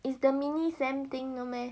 it's the mini semester thing no meh